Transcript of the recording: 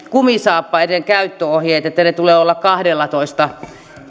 kumisaappaiden käyttöohjeet että niiden tulee olla kahdellatoista